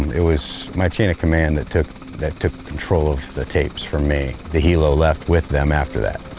it was my chain of command, that took that took control of the tapes from me. the helo left with them after that.